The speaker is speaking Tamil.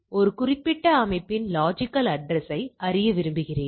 ஒரு குறிப்பிட்ட அமைப்பின் லொஜிக்கல் அட்ரஸ்யை அறிய விரும்புகிறேன்